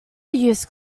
use